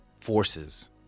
forces